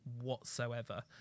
whatsoever